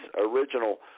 original